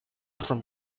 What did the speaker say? from